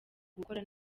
gukora